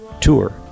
tour